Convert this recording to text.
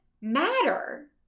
matter